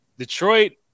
Detroit